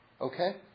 Okay